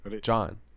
john